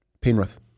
Penrith